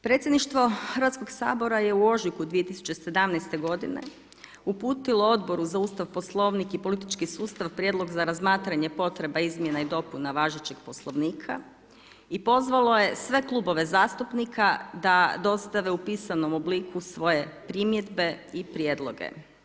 Predsjedništvo Hrvatskog sabora je u ožujku 2017. godine uputilo Odboru za Ustav, Poslovnik i politički sustav prijedlog za razmatranje potreba izmjena i dopuna važećeg Poslovnika i pozvalo je sve klubove zastupnika da dostave u pisanom obliku svoje primjedbe i prijedloge.